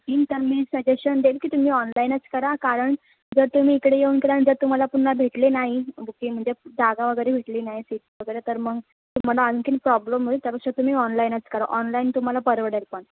booking तर मी suggestion देईन की तुम्ही ऑनलाईनच करा कारण जर तुम्ही इकडे येऊन केलं आणि जर तुम्हाला पुन्हा भेटले नाही बुकिंग म्हणजे जागा वगैरे भेटली नाही फिक्स वगैरे तर मग तुम्हाला आणखीन प्रॉब्लम होईल त्यापेक्षा तुम्ही ऑनलाईनच करा ऑनलाईन तुम्हाला परवडेल पण